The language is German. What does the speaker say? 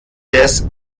des